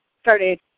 started